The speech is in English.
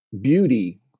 beauty